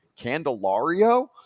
Candelario